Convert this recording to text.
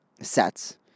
sets